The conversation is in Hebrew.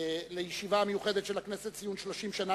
לישיבה המיוחדת של הכנסת לציון 30 שנה